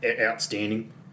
outstanding